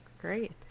Great